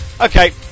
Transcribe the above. Okay